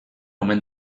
omen